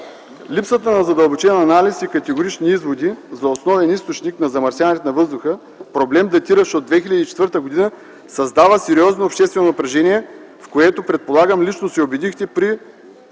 Липсата на задълбочен анализ и категорични изводи за основния източник на замърсяването на въздуха – проблем, датиращ от 2004 г., създава сериозно обществено напрежение, в което, предполагам, лично се убедихте при